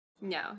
No